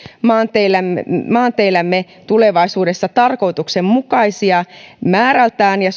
maanteillämme tulevaisuudessa tarkoituksenmukaisia määrältään ja